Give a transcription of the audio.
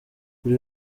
buri